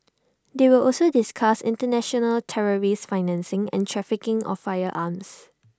they will also discuss International terrorist financing and trafficking of firearms